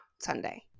sunday